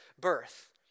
birth